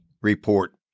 report